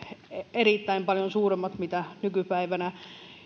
erittäin paljon suuremmat mitä nykypäivänä